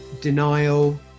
denial